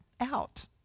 out